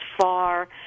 far